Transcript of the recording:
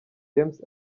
james